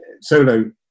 Solo